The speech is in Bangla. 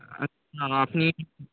আ আপনি